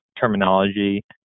terminology